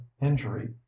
injury